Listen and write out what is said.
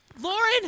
Lauren